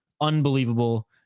unbelievable